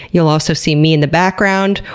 you'll also see me in the background,